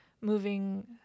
moving